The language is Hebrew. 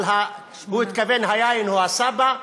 אבל הוא התכוון: היין הוא הסבא,